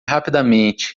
rapidamente